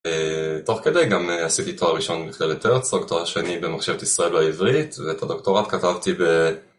תוך כדי גם עשיתי תואר ראשון במכללת הרצוג, תואר שני במחשבת ישראל בעברית, ואת הדוקטורט כתבתי ב...